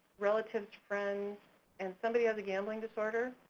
relatives, friends and somebody has a gambling disorder,